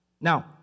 Now